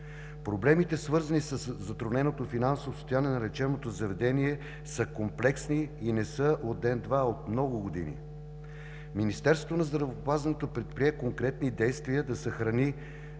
Проблемите, свързани със затрудненото финансово състояние на лечебното заведение, са комплексни и не са от ден-два, а от много години. Министерството на здравеопазването предприе конкретни действия да съхрани